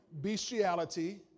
Bestiality